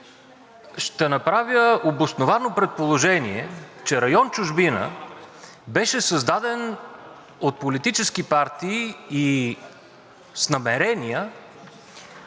ще направя обосновано предположение, че район „Чужбина“ беше създаден от политически партии и с намерения,